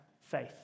faith